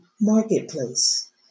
Marketplace